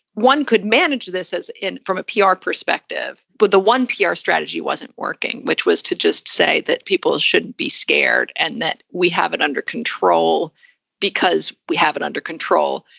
one could manage this as in from a pr ah perspective. but the one pr strategy wasn't working, which was to just say that people shouldn't be scared and that we have it under control because we have it under control.